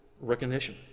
recognition